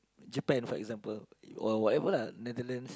Japan for example or whatever lah Netherlands